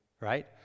Right